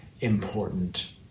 important